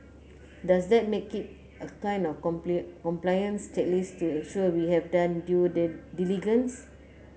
does that make it a kind of compliance checklist to ensure we have done due diligence